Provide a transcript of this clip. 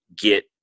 get